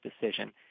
decision